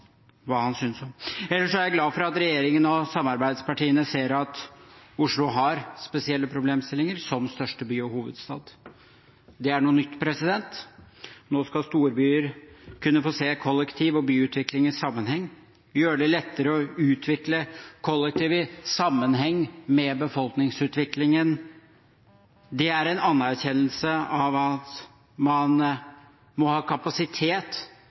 hva han synes om. Ellers er jeg glad for at regjeringen og samarbeidspartiene ser at Oslo har spesielle problemstillinger som største by og hovedstad. Det er noe nytt. Nå skal storbyer kunne få se kollektiv- og byutvikling i sammenheng, gjøre det lettere å utvikle kollektivtilbudet i sammenheng med befolkningsutviklingen. Det er en anerkjennelse av at man må ha kapasitet